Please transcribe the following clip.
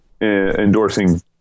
endorsing